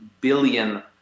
billion